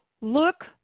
Look